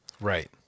right